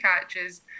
catches